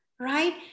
Right